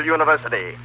University